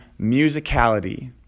musicality